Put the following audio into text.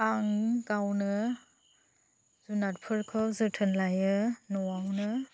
आं गावनो जुनादफोरखौ जोथोन लायो न'आवनो